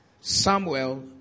Samuel